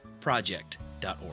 Project.org